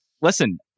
listen